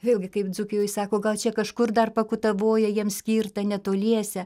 vėlgi kaip dzūkijoj sako gal čia kažkur dar pakutaboje jiem skirta netoliese